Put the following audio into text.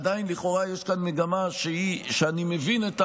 עדיין לכאורה יש כאן מגמה שאני מבין,